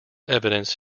evidence